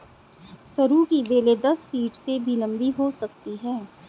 सरू की बेलें दस फीट से भी लंबी हो सकती हैं